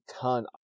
ton